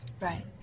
right